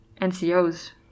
NCOs